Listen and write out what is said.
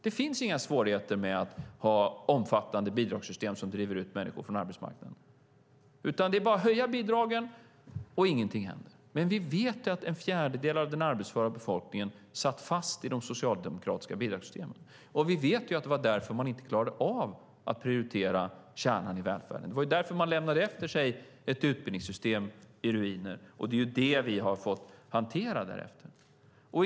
Det finns tydligen inga svårigheter med att ha omfattande bidragssystem som driver ut människor från arbetsmarknaden. Det är bara att höja bidragen, och ingenting händer. Men vi vet att en fjärdedel av den arbetsföra befolkningen satt fast i de socialdemokratiska bidragssystemen. Vi vet att det var därför man inte klarade av att prioritera kärnan i välfärden. Det var därför man lämnade efter sig ett utbildningssystem i ruiner. Det är det vi har fått hantera därefter.